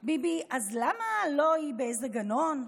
ביבי: אז למה היא לא באיזה גנון?